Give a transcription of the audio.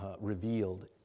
revealed